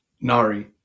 Nari